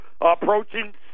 approaching